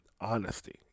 honesty